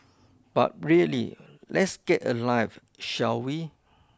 but really let's get a life shall we